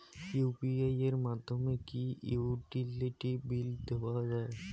UPI এর মাধ্যমে কি ইউটিলিটি বিল দেওয়া যায়?